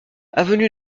avenue